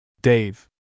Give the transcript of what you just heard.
Dave